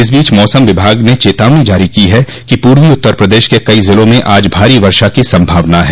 इस बीच मौसम विभाग ने चेतावनी जारी की है कि पूर्वी उत्तर प्रदेश के कई जिलों में आज भारी वर्षा की संभावना है